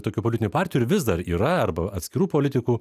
tokių politinių partijų ir vis dar yra arba atskirų politikų